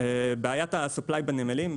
בעיית האספקה בנמלים,